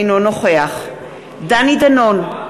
אינו נוכח דני דנון,